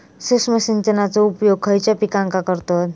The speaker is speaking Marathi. सूक्ष्म सिंचनाचो उपयोग खयच्या पिकांका करतत?